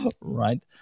right